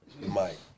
Mike